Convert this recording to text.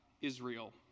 Israel